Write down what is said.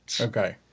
Okay